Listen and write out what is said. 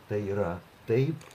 tai yra taip